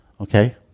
Okay